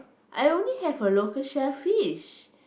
I only have a local shellfish